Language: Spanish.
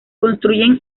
construyen